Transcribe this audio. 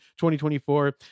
2024